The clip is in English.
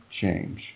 change